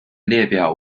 列表